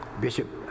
Bishop